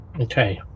Okay